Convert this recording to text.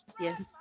yes